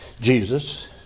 Jesus